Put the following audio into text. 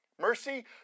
Mercy